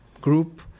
group